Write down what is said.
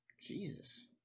Jesus